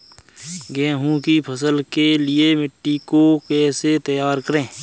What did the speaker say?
गेहूँ की फसल के लिए मिट्टी को कैसे तैयार करें?